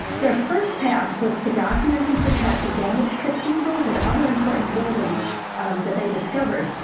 their first task was to document and protect damaged cathedrals and other important buildings that they discovered,